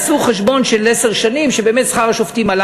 עשו חשבון של עשר שנים שבאמת שכר השופטים עלה